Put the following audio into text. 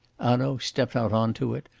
hanaud stepped out on to it,